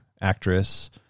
actress